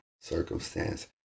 circumstance